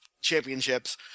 championships